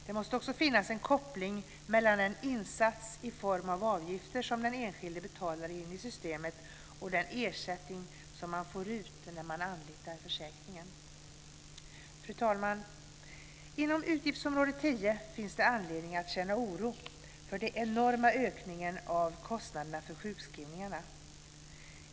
Det måste också finnas en koppling mellan den insats i form av avgifter som den enskilde betalar in i systemet och den ersättning man får ut när man anlitar försäkringen. Fru talman! Inom utgiftsområde 10 finns det anledning att känna oro för den enorma ökningen av kostnaderna för sjukskrivningarna.